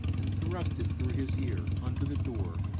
and thrust it through his ear unto the door,